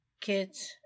kids